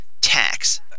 Tax